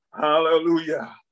Hallelujah